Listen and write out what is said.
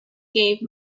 gave